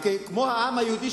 כמו העם היהודי,